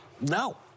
No